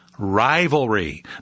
Rivalry